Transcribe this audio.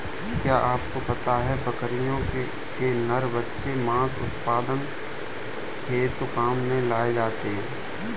क्या आपको पता है बकरियों के नर बच्चे मांस उत्पादन हेतु काम में लाए जाते है?